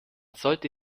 sollte